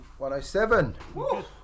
107